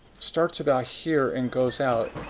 starts about here and goes out.